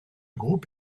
groupe